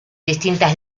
distintas